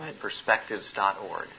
Perspectives.org